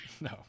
No